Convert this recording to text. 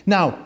Now